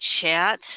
chat